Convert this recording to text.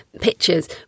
pictures